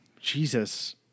Jesus